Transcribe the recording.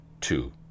two